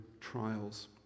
trials